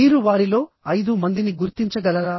మీరు వారిలో 5 మందిని గుర్తించగలరా